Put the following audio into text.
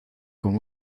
con